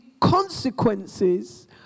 consequences